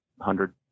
hundred